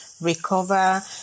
recover